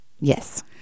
yes